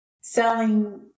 selling